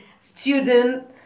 student